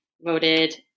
voted